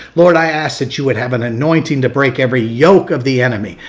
lord, i ask that you would have an anointing to break every yoke of the enemy.